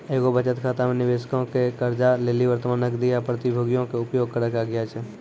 एगो बचत खाता मे निबेशको के कर्जा लेली वर्तमान नगदी या प्रतिभूतियो के उपयोग करै के आज्ञा छै